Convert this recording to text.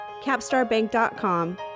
CapstarBank.com